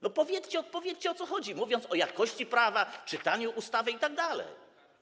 No powiedzcie, odpowiedzcie, o co chodzi, mówiąc o jakości prawa, czytaniu ustawy itd.